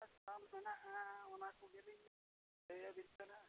ᱪᱮᱫ ᱞᱮᱠᱟ ᱫᱟᱢ ᱢᱮᱱᱟᱜᱼᱟ ᱚᱱᱟ ᱠᱚᱜᱮ ᱞᱤᱧ ᱞᱟᱹᱭ ᱟᱹᱵᱤᱱ ᱠᱟᱱᱟ